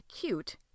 cute